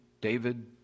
David